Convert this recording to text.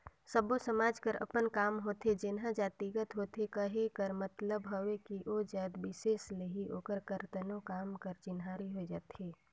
सब्बो समाज कर अपन काम होथे जेनहा जातिगत होथे कहे कर मतलब हवे कि ओ जाएत बिसेस ले ही ओकर करतनो काम कर चिन्हारी होए जाथे